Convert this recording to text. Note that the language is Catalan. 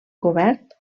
cobert